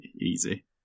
easy